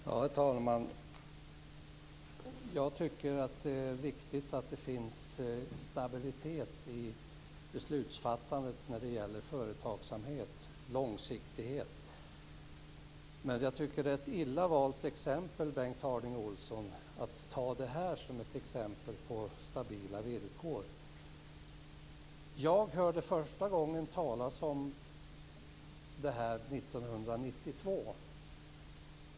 Herr talman! Jag tycker att det är viktigt att det finns stabilitet i beslutsfattandet när det gäller företagsamhet, att det finns långsiktighet. Men jag tycker att det är ett illa valt exempel, Bengt Harding Olson, att ta det här som exempel på stabila villkor. Jag hörde första gången talas om det här 1992.